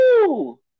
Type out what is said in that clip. Woo